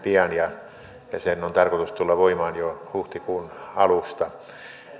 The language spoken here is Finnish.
pian ja sen on tarkoitus tulla voimaan jo huhtikuun alusta